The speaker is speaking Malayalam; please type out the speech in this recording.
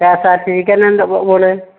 കെ എസ് ആർ ടി സിക്ക് തന്നെ എന്താണ് പോവുന്നത്